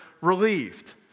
relieved